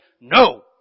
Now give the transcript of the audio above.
no